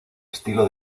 estilo